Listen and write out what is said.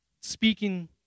speaking